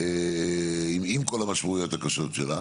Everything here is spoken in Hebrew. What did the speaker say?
עם כל המשמעויות הקשות שלה,